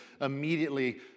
immediately